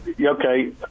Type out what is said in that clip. Okay